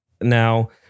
now